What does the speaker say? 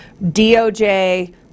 DOJ